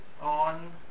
on